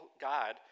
God